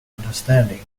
understanding